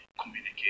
communicate